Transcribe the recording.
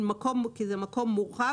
כי זה מקום מורחב,